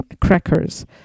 crackers